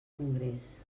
congrés